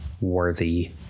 worthy